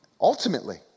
Ultimately